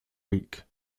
week